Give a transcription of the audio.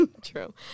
True